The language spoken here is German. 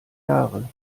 jahre